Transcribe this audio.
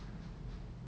K lah I mean